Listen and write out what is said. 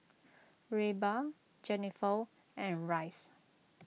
Reba Jenifer and Rhys